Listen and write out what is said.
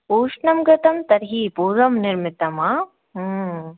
उष्णं कृतं तर्हि पूर्वं निर्मितम् हा